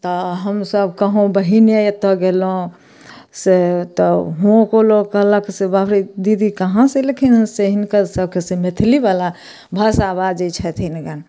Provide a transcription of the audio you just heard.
तऽ हमसब कहूँ बहीने एतऽ गेलहुॅं से तऽ हूओँके लोक कहलक जे बापरे दीदी काहाँ से एलखिन हँ से हिनकर सबके से मैथलीबला भाषा बाजै छथिन जानु